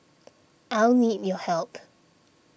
I'll need your help